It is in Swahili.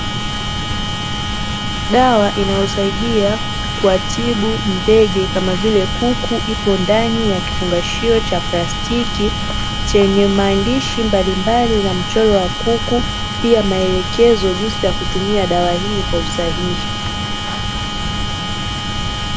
Dawa inayosaidia kuwatibu ndege kama vile, kuku ipo ndani ya kifungashio cha plastiki chenye maandishi mbalimbali na mchoro wa kuku pia maelekezo jinsi ya kutumia dawa hii kwa usahihi.